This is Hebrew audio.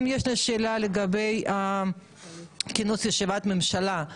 גם יש לי שאלה לגבי כינוס ישיבת ממשלה.